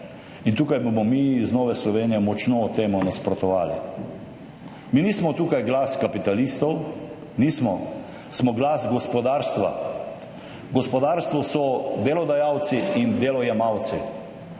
In tukaj bomo mi iz Nove Slovenije temu močno nasprotovali. Mi nismo tukaj glas kapitalistov, nismo. Smo glas gospodarstva. V gospodarstvu so delodajalci in delojemalci.